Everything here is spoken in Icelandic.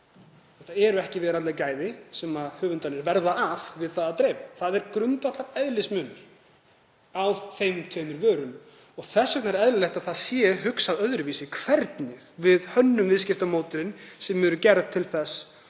Þetta eru ekki veraldleg gæði sem höfundarnir verða af við það að dreifa. Það er grundvallareðlismunur á þessum tveimur vörum og þess vegna er eðlilegt að við hugsum öðruvísi um hvernig við hönnum viðskiptamódelin sem eru gerð til að